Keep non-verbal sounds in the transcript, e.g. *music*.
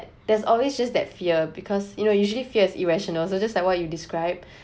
there's always just that fear because you know usually fears irrational so just like what you described *breath*